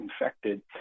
infected